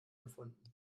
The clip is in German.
gefunden